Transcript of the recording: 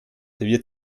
wird